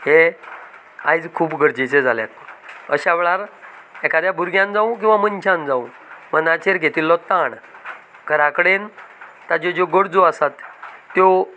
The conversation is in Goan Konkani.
हे आयज खूब गरजेचे जाल्यात अश्या वेळार एखाद्या भुरग्यांन जावं किंवां मनशांन जावं मनांचेर घेतिल्लो ताण घरा कडेन ताच्यो ज्यो गरजो आसात त्यो